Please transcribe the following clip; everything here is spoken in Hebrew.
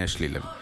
יש לי לב.